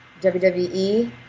WWE